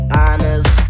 honest